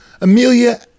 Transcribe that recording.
Amelia